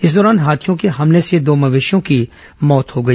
इस दौरान हाथियों के हमले से दो मवेशियों की मौत हो गई